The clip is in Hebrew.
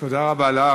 תודה רבה לך.